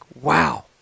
wow